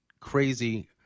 crazy